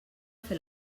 fer